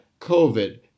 COVID